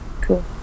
cool